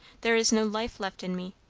there is no life left in me.